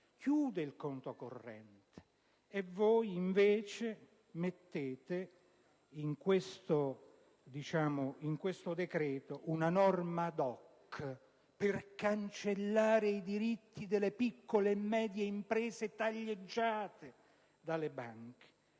chiude il conto corrente. E voi invece inserite in questo decreto una norma *ad hoc* per cancellare i diritti delle piccole e medie imprese taglieggiate dalle banche.